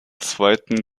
zweiten